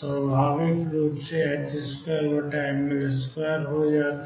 स्वाभाविक रूप से 2mL2 हो जाता है